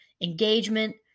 engagement